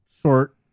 Short